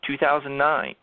2009